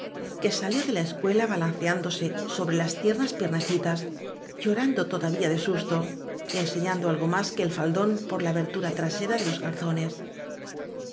que salió de la escuela balanceán dose sobre las tiernas piernecitas llorando to davía de susto y enseñando algo más que el faldón por la abertura trasera de los calzones